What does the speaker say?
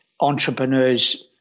entrepreneurs